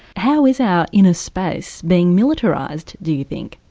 how is our inner space being militarised, do you think?